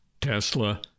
Tesla